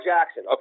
Jackson